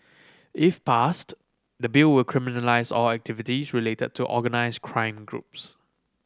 if passed the Bill will criminalise all activities related to organise crime groups